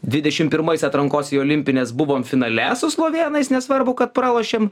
dvidešim pirmais atrankos į olimpines buvom finale su slovėnais nesvarbu kad pralošėm